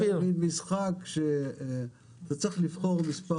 קינו זה מין משחק שאתה צריך לבחור מספר